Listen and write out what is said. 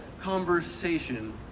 conversation